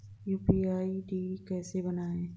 UPI ID कैसे बनाएं?